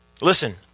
Listen